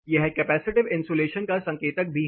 यह capacitive insulation का संकेतक भी है